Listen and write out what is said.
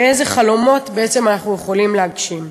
ואיזה חלומות אנחנו יכולים להגשים.